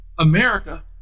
America